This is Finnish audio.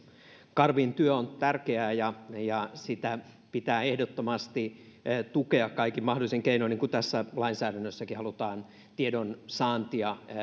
karvin työ on tärkeää ja ja sitä pitää ehdottomasti tukea kaikin mahdollisin keinoin niin kuin tässä lainsäädännössäkin halutaan tiedonsaantia